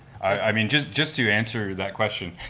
i mean, just just to answer that question,